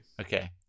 Okay